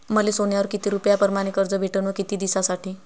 मले सोन्यावर किती रुपया परमाने कर्ज भेटन व किती दिसासाठी?